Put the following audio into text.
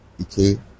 Okay